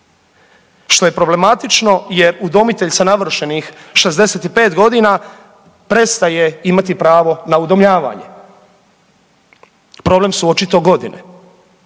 što je problematično jer udomitelj sa navršenih 65 godina prestaje imati pravo na udomljavanje. Problem su očito godine,